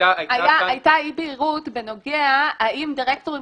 הייתה אי בהירות בנוגע האם דירקטורים